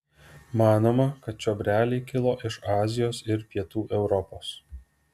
manoma kad čiobreliai kilo iš azijos ir pietų europos